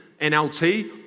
nlt